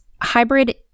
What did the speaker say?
hybrid